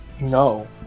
No